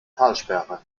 talsperre